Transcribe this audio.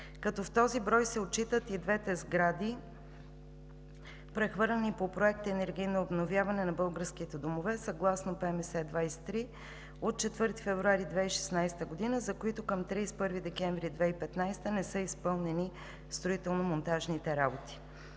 като в този брой се отчитат и двете сгради, прехвърлени по Проекта „Енергийно обновяване“ на българските домове съгласно ПМС № 23 от 4 февруари 2016 г., за които към 31 декември 2015 г. не са изпълнени строително-монтажните работи.